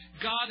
God